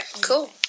Cool